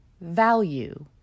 value